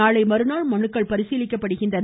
நாளை மறுநாள் மனுக்கள் பரிசீலிக்கப்படுகின்றன